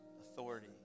authority